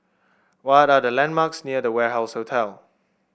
what are the landmarks near The Warehouse Hotel